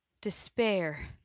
Despair